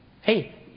Hey